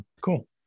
Cool